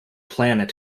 planet